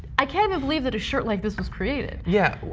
i can't even believe that a shirt like this was created. yeah.